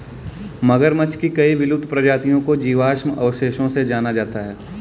मगरमच्छ की कई विलुप्त प्रजातियों को जीवाश्म अवशेषों से जाना जाता है